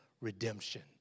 redemption